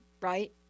right